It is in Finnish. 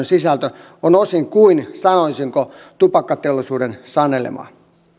sisältö on osin kuin sanoisinko tupakkateollisuuden sanelema